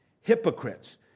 Hypocrites